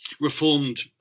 reformed